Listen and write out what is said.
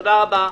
תודה רבה.